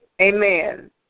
Amen